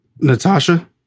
Natasha